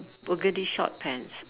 burgundy short pants